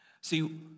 See